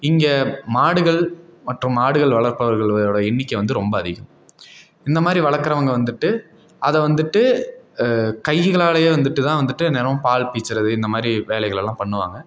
இங்கே மாடுகள் மற்றும் மாடுகள் வளர்ப்பவர்களோடய எண்ணிக்கை வந்து ரொம்ப அதிகம் இந்த மாதிரி வளக்கிறவங்க வந்துட்டு அதை வந்துட்டு கைகளாலையே வந்துட்டு தான் வந்துட்டு தினோம் பால் பீச்சுறது இந்த மாதிரி வேலைகளை எல்லாம் பண்ணுவாங்க